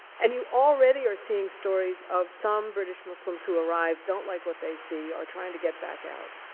and you already are seeing stories of some british muslims who arrive, don't like what they see, are trying to get back out.